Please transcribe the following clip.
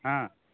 हँ